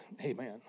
Amen